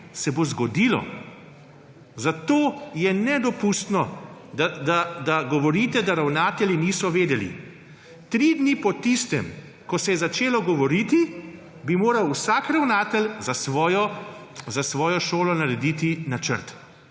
držav zgodilo. Zato je nedopustno, da govorite, da ravnatelji niso vedeli. Tri dni po tistem, ko se je začelo govoriti, bi moral vsak ravnatelj za svojo šolo narediti načrt.